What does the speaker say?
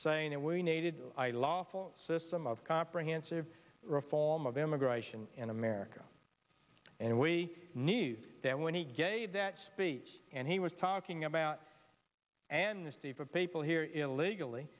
that we needed i lawful system of comprehensive reform of immigration in america and we need then when he gave that speech and he was talking about and steve of people here illegally